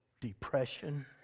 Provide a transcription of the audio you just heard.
depression